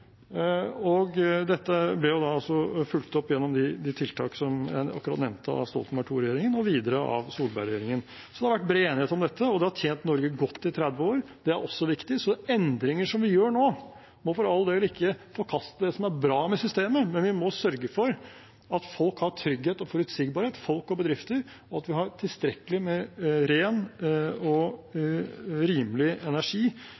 Dette ble også fulgt opp, gjennom de tiltak som jeg akkurat nevnte, av Stoltenberg II-regjeringen og videre av Solberg-regjeringen. Det har vært bred enighet om dette, og det har tjent Norge godt i 30 år. Det er også viktig, så endringer som vi gjør nå, må for all del ikke forkaste det som er bra med systemet, men vi må sørge for at folk og bedrifter har trygghet og forutsigbarhet, og at vi har tilstrekkelig med ren og rimelig energi